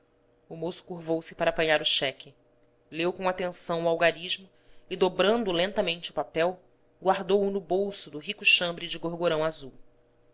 o moço curvou-se para apanhar o cheque leu com atenção o algarismo e dobrando lentamente o papel guardou-o no bolso do rico chambre de gorgorão azul